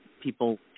people